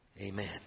Amen